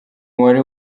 umubare